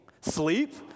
Sleep